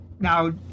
Now